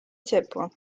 ciepło